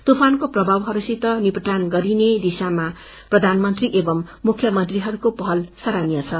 तूफानको प्रभावहरूसित निपटान गरिने दिशामा प्रधानमंत्री एवम् मुख्यमंत्रीको पहल सराहनीय छ